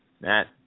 Matt